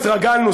התרגלנו,